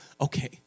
Okay